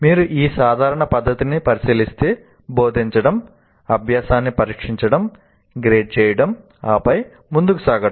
మీరు ఈ సాధారణ పద్ధతిని పరిశీలిస్తే బోధించడం అభ్యాసాన్ని పరీక్షించడం గ్రేడ్ చేయడం ఆపై ముందుకు సాగడం